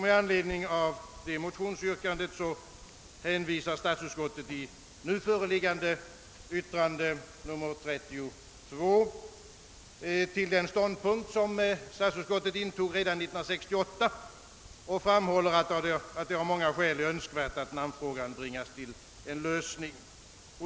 Med anledning av detta motionsyrkande hänvisar statsutskottet i förevarande utlåtande, nr 32, till den ståndpunkt som statsutskottet intog redan 1968 och framhåller att det av många skäl är önskvärt att namnfrågan bringas till en lösning.